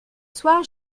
soir